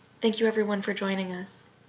thank you everyone for joining us.